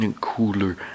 cooler